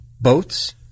Boats